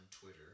Twitter